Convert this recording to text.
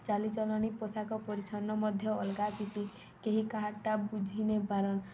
ଚାଲିଚଲଣି ପୋଷାକ ପରିଚ୍ଛନ୍ନ ମଧ୍ୟ ଅଲ୍ଗା ଥିସି କେହି କାହାର୍ଟା ବୁଝିି ନାଇପାରନ୍